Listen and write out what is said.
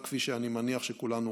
כפי שאני מניח שכולנו רוצים.